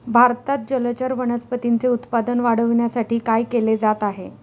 भारतात जलचर वनस्पतींचे उत्पादन वाढविण्यासाठी काय केले जात आहे?